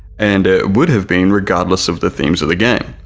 and it would have been regardless of the themes of the game.